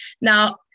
Now